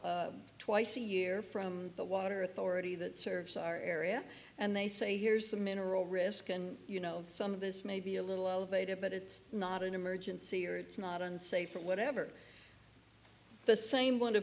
every twice a year from the water authority that serves our area and they say here's the mineral risk and you know some of this may be a little elevated but it's not an emergency or it's not unsafe or whatever the same